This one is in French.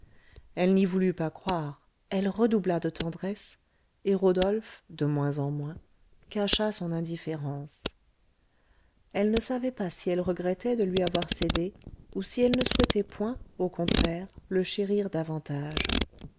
elle n'y voulut pas croire elle redoubla de tendresse et rodolphe de moins en moins cacha son indifférence elle ne savait pas si elle regrettait de lui avoir cédé ou si elle ne souhaitait point au contraire le chérir davantage